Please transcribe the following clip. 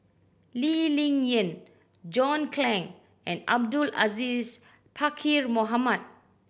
Lee Ling Yen John Clang and Abdul Aziz Pakkeer Mohamed